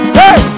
hey